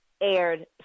aired